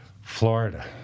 Florida